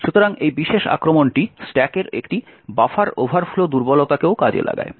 সুতরাং এই বিশেষ আক্রমণটি স্ট্যাকের একটি বাফার ওভারফ্লো দুর্বলতাকেও কাজে লাগায়